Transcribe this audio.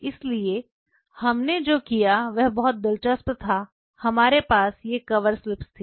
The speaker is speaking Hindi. इसलिए हमने जो किया वह बहुत दिलचस्प था हमारे पास ये कवर स्लिप थे